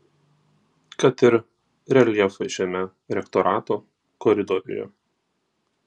kad ir reljefai šiame rektorato koridoriuje